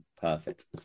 Perfect